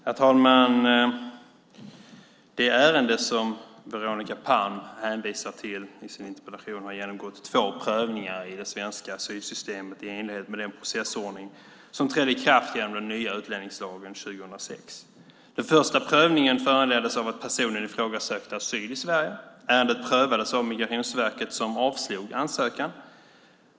Herr talman! Det ärende som Veronica Palm hänvisar till i sin interpellation har genomgått två prövningar i det svenska asylsystemet i enlighet med den processordning som trädde i kraft med den nya utlänningslagen 2006. Den första prövningen föranleddes av att personen i fråga sökte asyl i Sverige. Ärendet prövades av Migrationsverket, som avslog ansökan.